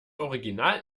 original